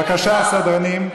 בבקשה, הסדרנים.